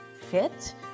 fit